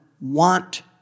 want